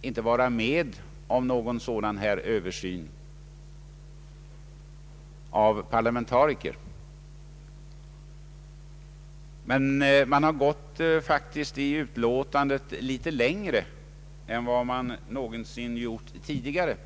inte vara med om någon sådan översyn utförd av parlamentariker. Utskottet har faktiskt i utlåtandet gått litet längre än vad man någonsin gjort tidigare.